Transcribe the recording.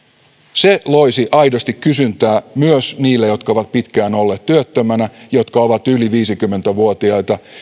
se loisi aidosti kysyntää myös niille jotka ovat pitkään olleet työttöminä jotka ovat yli viisikymmentä vuotiaita